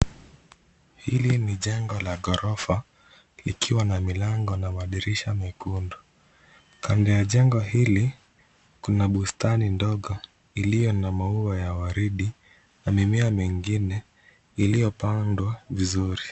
Hili ni jengo la ghorofa, likiwa na milango na madirisha mekundu. Kando ya jengo hili, kuna bustani ndogo, iliyo na maua ya waridi na mimea mingine, iliyopandwa vizuri.